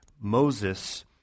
Moses